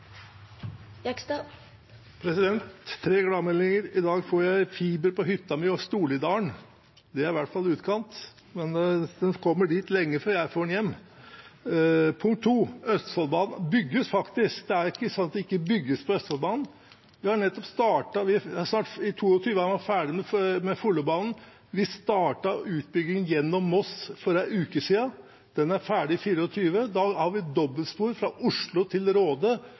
tre gladmeldinger: Punkt 1: I dag får jeg fiber på hytten min i Storlidalen, det er i hvert fall utkant, men den kommer dit lenge før jeg får den hjemme. Punkt 2: Østfoldbanen bygges faktisk, det er ikke sånn at det ikke bygges på Østfoldbanen, vi har nettopp startet. I 2022 er man ferdig med Follobanen. Vi startet utbygging gjennom Moss for en uke siden, den er ferdig i 2024. Da har vi dobbeltspor fra Oslo til